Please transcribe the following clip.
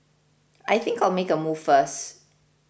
I think I'll make a move first